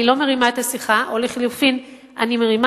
אני לא מרימה את השיחה או לחלופין אני מרימה